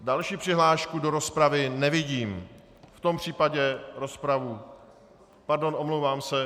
Další přihlášku do rozpravy nevidím, v tom případě rozpravu pardon, omlouvám se.